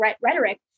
rhetoric